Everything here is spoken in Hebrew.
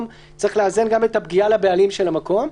צריך לאזן גם את הפגיעה לבעלים של המקום.